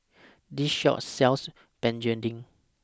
This Shop sells Begedil